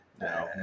no